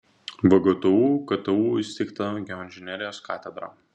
vgtu ktu įsteigta geoinžinerijos katedra